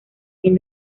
fin